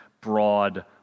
broad